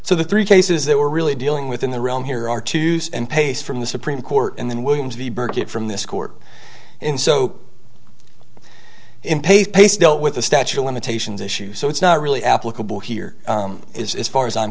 so the three cases they were really dealing with in the realm here are to use and paste from the supreme court and then williams v burkett from this court in so in pace pace dealt with the statute of limitations issue so it's not really applicable here it's far as i'm